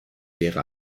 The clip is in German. wäre